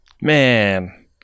Man